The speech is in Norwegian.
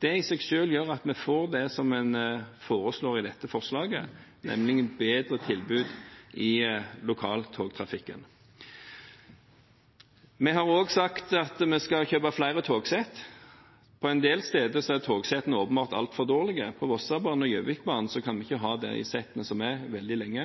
Det i seg selv gjør at vi får det som en foreslår i dette forslaget, nemlig et bedre tilbud i lokaltogtrafikken. Vi har også sagt at vi skal kjøpe flere togsett. På en del steder er togsettene åpenbart altfor dårlige. På Vossebanen og Gjøvikbanen kan vi ikke ha de settene som er, veldig lenge.